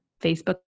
Facebook